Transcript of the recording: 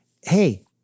hey